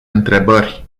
întrebări